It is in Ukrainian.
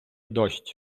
дощ